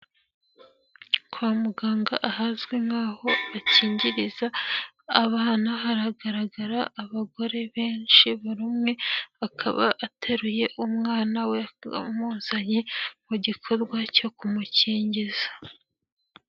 Kwa muganga ahazwi nk'aho bakingiriza abana haragaragara abagore benshi, buri umwe akaba ateruye umwana we amuzanye mu gikorwa cyo kumukingiza.